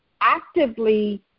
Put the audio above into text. actively